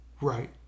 Right